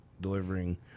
delivering